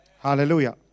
Hallelujah